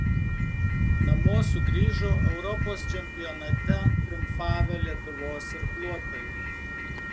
namo sugrįžo europos čempionate triumfavę lietuvos irkluotojai